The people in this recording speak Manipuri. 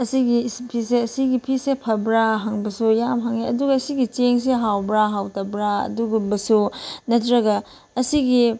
ꯑꯁꯤꯒꯤ ꯐꯤꯁꯦ ꯑꯁꯤꯒꯤ ꯐꯤꯁꯦ ꯐꯕ꯭ꯔꯥ ꯍꯪꯕꯁꯨ ꯌꯥꯝ ꯍꯪꯉꯦ ꯑꯗꯨꯒ ꯁꯤꯒꯤ ꯆꯦꯡꯁꯦ ꯍꯥꯎꯕ꯭ꯔꯥ ꯍꯥꯎꯇꯕ꯭ꯔꯥ ꯑꯗꯨꯒꯨꯝꯕꯁꯨ ꯅꯠꯇ꯭ꯔꯒ ꯑꯁꯤꯒꯤ